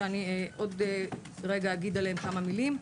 שאני בעוד רגע אגיד עליהם כמה מילים.